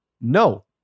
no